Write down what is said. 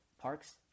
parks